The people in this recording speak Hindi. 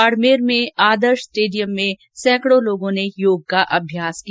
बाडमेर में आदर्श स्टेडियम में सैकंडो लोगों ने योगाभ्यास किया